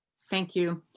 thank you.